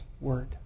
word